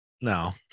no